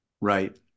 Right